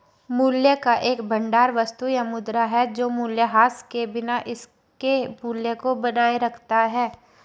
मूल्य का एक भंडार वस्तु या मुद्रा है जो मूल्यह्रास के बिना इसके मूल्य को बनाए रखता है